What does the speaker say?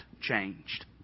changed